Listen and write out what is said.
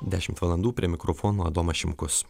dešimt valandų prie mikrofono adomas šimkus